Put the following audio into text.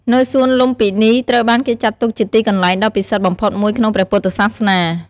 នៅសួនលុម្ពិនី ត្រូវបានគេចាត់ទុកជាទីកន្លែងដ៏ពិសិដ្ឋបំផុតមួយក្នុងព្រះពុទ្ធសាសនា។